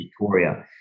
Victoria